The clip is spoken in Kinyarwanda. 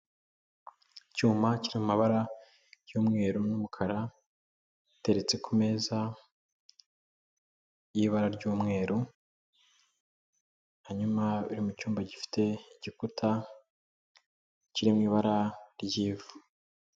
Icyuma kiri muri y'umweru n'umukara giteretse ku meza y'ibara ry'umweru hanyuma uri mu cyumba gifite igikuta kirimo ibara ry'ivu.